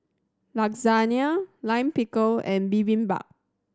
Lasagne Lime Pickle and Bibimbap